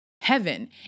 heaven